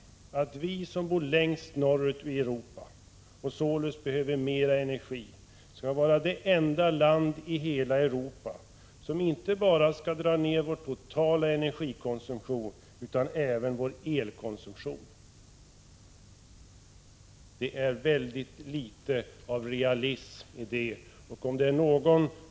1985/86:124 vi som bor längst norrut i Europa, och således behöver mer energi, skall vara — 23 april 1986 det enda land i hela Europa som inte bara skall dra ner vår totala energikonsumtion utan även vår elkonsumtion? Det är väldigt litet av realism i detta.